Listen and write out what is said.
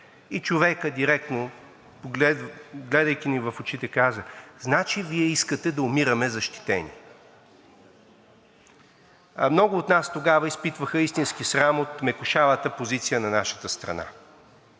и човекът директно, гледайки ни в очите, каза: „Значи, Вие искате да умираме защитени.“ Много от нас тогава изпитваха истински срам от мекушавата позиция на нашата страна.